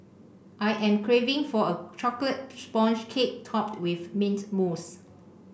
I am craving for a chocolate sponge cake topped with mint mousse